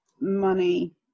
money